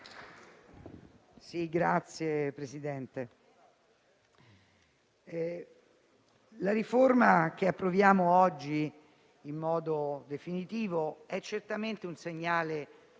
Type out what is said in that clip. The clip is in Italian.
la riforma che approviamo oggi in modo definitivo è certamente un segnale importante